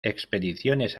expediciones